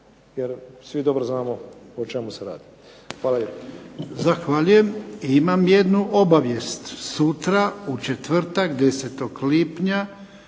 jer svi dobro znamo o čemu se radi. Hvala lijepo. **Jarnjak, Ivan (HDZ)** Zahvaljujem. Imam jednu obavijest. Sutra u četvrtak, 10. lipnja,